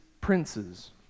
princes